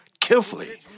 carefully